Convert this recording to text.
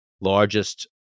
largest